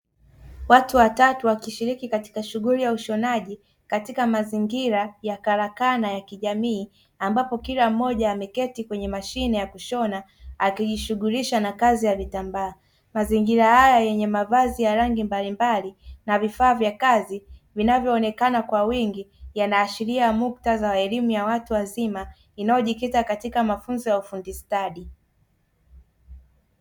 Watu watatu wakishiriki katika shughuli ya ushonaji katika mazingira ya karakana ya kijamii, ambapo kila mmoja ameketi kwenye machine ya kushona akijishughulisha na kazi ya viitambaa. Mazingira haya yenye mavazi ya rangi mbalimbali na vifaa vya kazi vinavyoonekana kwa wingi yanaashiria muktadha wa elimu ya watu wazima inayojikita katika mafunzo ya ufundi stadi.